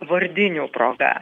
vardinių proga